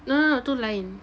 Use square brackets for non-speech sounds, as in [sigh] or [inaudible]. no no no tu lain [laughs]